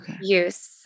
use